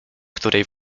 której